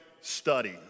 study